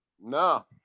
No